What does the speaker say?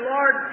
Lord